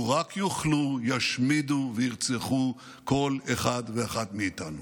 לו רק יוכלו, ישמידו וירצחו כל אחד ואחת מאיתנו.